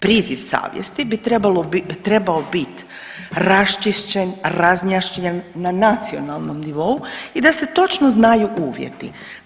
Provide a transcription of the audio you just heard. Priziv savjesti bi trebalo, bi trebao raščišćen, razjašnjen na nacionalnom nivou i da se točno znaju uvjeti.